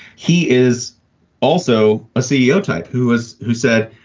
he is also a ceo type who is who said,